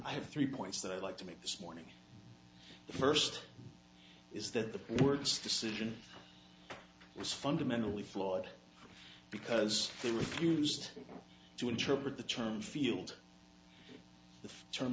i have three points that i'd like to make this morning the first is that the words decision was fundamentally flawed because they refused to interpret the term field t